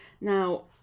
now